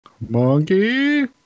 Monkey